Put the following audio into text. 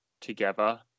together